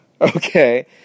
okay